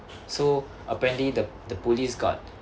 so apparently the the police got